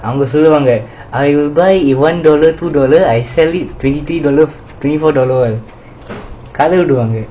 அவங்க சொல்லுவாங்க:avanga solluvanga I will buy one dollar two dollar I sell it twenty twenty four dollar கத விடுவாங்க:katha viduvanga